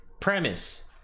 Premise